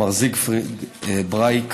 מר זיגפריד ברייק